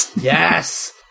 Yes